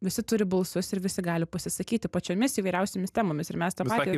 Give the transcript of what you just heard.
visi turi balsus ir visi gali pasisakyti pačiomis įvairiausiomis temomis ir mes tą patį